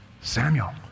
Samuel